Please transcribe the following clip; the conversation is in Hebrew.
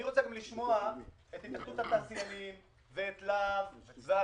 אני רוצה גם לשמוע את התאחדות התעשיינים ואת לה"ב ואחרים.